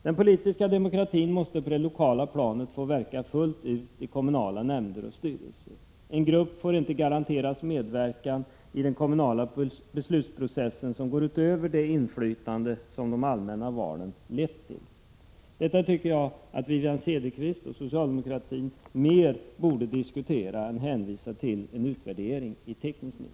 Den politiska demokratin måste på det lokala planet få verka fullt ut i kommunala nämnder och styrelser. En grupp får inte garanteras medverkan i den kommunala beslutsprocessen som går utöver det inflytande som de allmänna valen lett till. Detta tycker jag att Wivi-Anne Cederqvist och socialdemokraterna i övrigt mer borde diskutera än hänvisa till en utvärdering i teknisk mening.